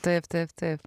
taip taip taip